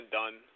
done